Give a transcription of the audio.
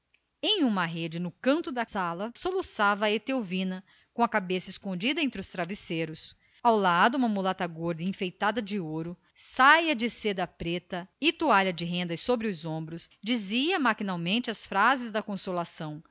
carmo numa rede a um canto soluçava etelvina escondendo a cabeça entre travesseiros ao lado uma mulata gorda e enfeitada de ouro saia de chamalote preto e toalha de rendas sobre os ombros dizia maquinalmente as frases da consolação